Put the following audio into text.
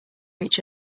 each